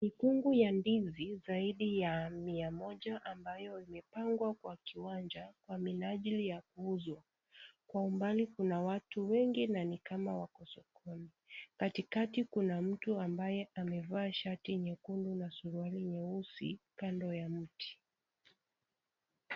Mikungu ya ndizi zaidi ya mia moja ambayo imepangwa kwa kiwanja kwa minajili ya kuuzwa. Kwa umbali kuna watu wengi na nikama wako sokoni. Katikati kuna mtu ambaye amevaa shati nyekudu na suruali nyeusi kando ya mti.